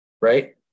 right